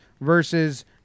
versus